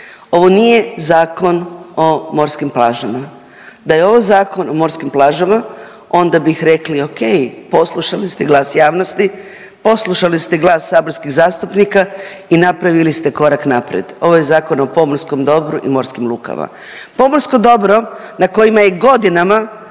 Ovo nije zakon o morskim plažama. Da je ovo zakon o morskim plažama, onda bih rekli, okej, poslušali ste glas javnosti, poslušali ste glas saborskih zastupnika i napravili ste korak naprijed. Ovo je Zakon o pomorskom dobru i morskim lukama. Pomorsko dobro na kojima je godinama